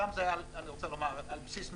שם זה היה על בסיס מזומנים,